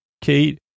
Kate